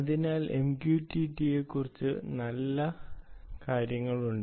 അതിനാൽ MQTT യെക്കുറിച്ച് നല്ല കാര്യങ്ങളുണ്ട്